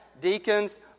deacons